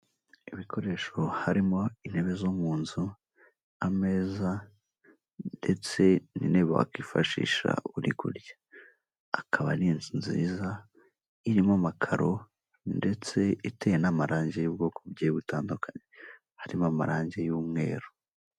Ibikoresho harimo intebe zo mu nzu ameza ndetse niyo wakwifashisha uri kurya. Akaba ari inzu nziza irimo amakaro ndetse iteye n'amarangi y'ubwoko butandukanye, harimo amarangi y'umweru.